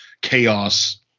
chaos